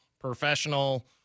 professional